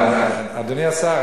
אדוני השר,